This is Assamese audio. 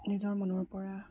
নিজৰ মনৰ পৰা